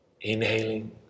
Inhaling